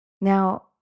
Now